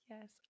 Yes